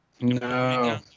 no